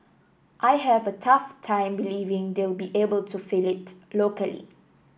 I have a tough time believing they'll be able to fill it locally